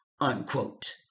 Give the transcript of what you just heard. unquote